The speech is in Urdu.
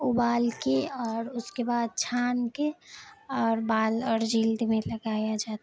ابال کے اور اس کے بعد چھان کے اور بال اور جلد میں لگایا جاتا